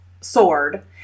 sword